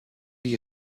die